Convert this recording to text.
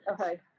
Okay